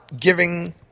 giving